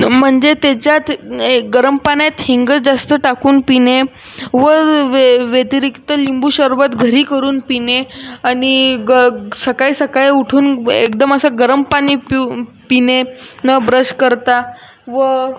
म्हणजे त्याच्यात गरम पाण्यात हिंग जास्त टाकून पिणे व व्य व्यतिरिक्त लिंबू सरबत घरी करून पिणे अणि ग सकाळी सकाळी उठून एकदम असं गरम पाणी पिऊ पिणे न ब्रश करता व